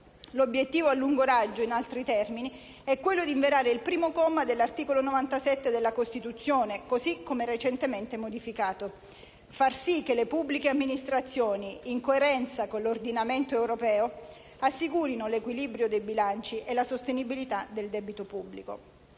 L'obiettivo a lungo raggio, in altri termini, è quello di inverare il primo comma dell'articolo 97 della Costituzione, così come recentemente modificato: far sì che le pubbliche amministrazioni, in coerenza con l'ordinamento europeo, assicurino l'equilibrio dei bilanci e la sostenibilità del debito pubblico.